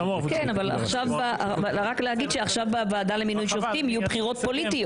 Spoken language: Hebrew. רק להגיד שעכשיו בוועדה למינוי שופטים יהיו בחירות פוליטיות.